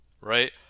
right